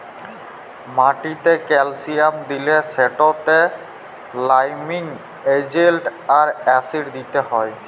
মাটিতে ক্যালসিয়াম দিলে সেটতে লাইমিং এজেল্ট আর অ্যাসিড দিতে হ্যয়